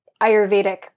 Ayurvedic